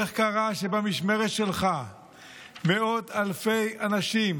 ואיך קרה שבמשמרת שלך מאות אלפי אנשים